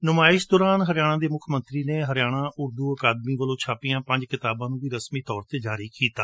ਨੁਮਾਇਸ਼ ਦੌਰਾਨ ਹਰਿਆਣਾ ਦੇ ਮੁੱਖ ਮੰਤਰੀ ਨੇ ਹਰਿਆਣਾ ਉਰਦੂ ਅਕਾਦਮੀ ਵੱਲੋਂ ਛਾਪੀਆਂ ਪੰਜ ਕਿਤਾਬਾਂ ਨੂੰ ਵੀ ਰਸਮੀ ਤੌਰ ਤੇ ਜਾਰੀ ਕੀਤਾ